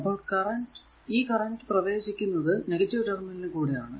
അപ്പോൾ ഈ കറന്റ് ഇത് പ്രവേശിക്കുന്നത് ടെർമിനൽ കൂടെ ആണ്